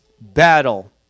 battle